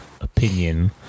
opinion